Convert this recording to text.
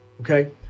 okay